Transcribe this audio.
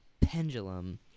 pendulum